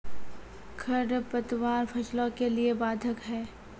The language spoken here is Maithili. खडपतवार फसलों के लिए बाधक हैं?